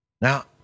Now